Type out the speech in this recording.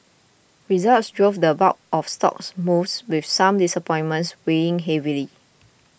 results drove the bulk of stock moves with some disappointments weighing heavily